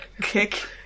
Kick